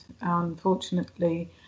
unfortunately